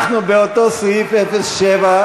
אנחנו באותו סעיף 07,